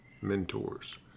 mentors